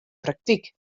praktyk